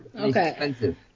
Okay